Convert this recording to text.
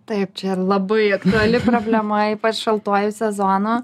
taip čia labai aktuali problema ypač šaltuoju sezonu